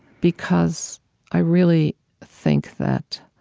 because i really think that